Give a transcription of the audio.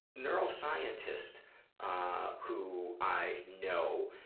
neuroscientist ah who i know,